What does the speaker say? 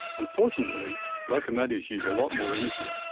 unfortunately, locomotives use a lot more energy.